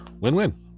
win-win